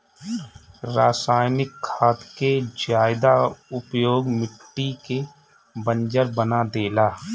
रासायनिक खाद के ज्यादा उपयोग मिट्टी के बंजर बना देला